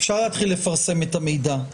אפשר להתחיל לפרסם את המידע,